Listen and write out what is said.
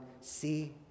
See